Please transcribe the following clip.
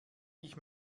ich